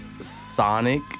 sonic